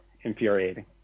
infuriating